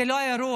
זה לא האירוע,